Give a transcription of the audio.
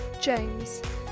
James